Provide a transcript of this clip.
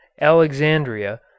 Alexandria